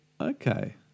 Okay